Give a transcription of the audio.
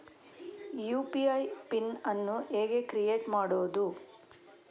UPI PIN ಅನ್ನು ಹೇಗೆ create ಮಾಡುದು?